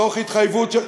תוך התחייבות,